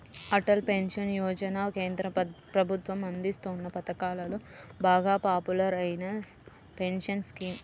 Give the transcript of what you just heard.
Atal pension Yojana కేంద్ర ప్రభుత్వం అందిస్తోన్న పథకాలలో బాగా పాపులర్ అయిన పెన్షన్ స్కీమ్